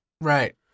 right